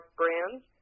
brands